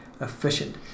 efficient